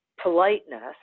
politeness